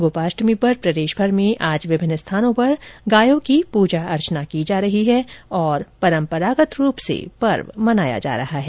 गोपाष्टमी पर प्रदेशभर में आज विभिन्न स्थानों पर गायों का पूजा अर्चना की जा रही है और परम्परागत रूप से पर्व मनाया जा रहा है